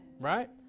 right